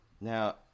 Now